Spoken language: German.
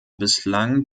bislang